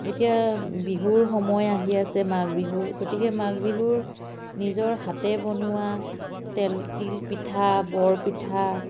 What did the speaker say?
এতিয়া বিহুৰ সময় আহি আছে মাঘ বিহুৰ গতিকে মাঘ বিহুৰ নিজৰ হাতে বনোৱা তেল তিলপিঠা বৰপিঠা